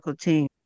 team